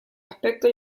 aspecto